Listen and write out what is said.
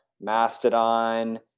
Mastodon